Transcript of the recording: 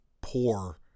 poor